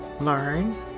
learn